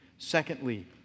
Secondly